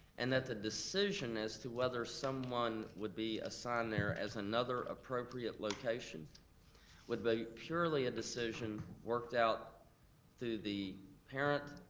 and that the decision as to whether someone would be assigned there as another appropriate location would be purely a decision worked out through the parent,